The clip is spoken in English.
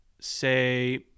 say